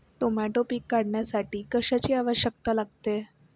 Tomato पीक काढण्यासाठी कशाची आवश्यकता लागते?